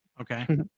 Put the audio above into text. Okay